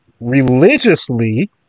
religiously